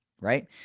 right